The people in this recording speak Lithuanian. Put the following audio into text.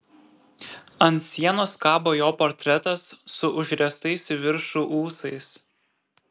ant sienos kabo jo portretas su užriestais į viršų ūsais